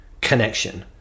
connection